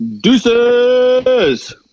Deuces